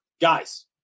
guys